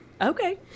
Okay